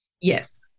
Yes